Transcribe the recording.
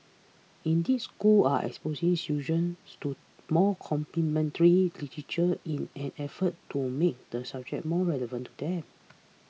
indeed schools are exposing students to more contemporary literature in an effort to make the subject more relevant to them